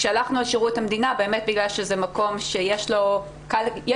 הלכנו על שירות המדינה בגלל שזה מקום שיש לו נתונים,